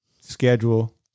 schedule